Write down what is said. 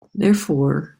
therefore